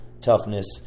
toughness